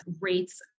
rates